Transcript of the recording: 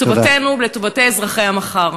לטובתנו ולטובת אזרחי המחר.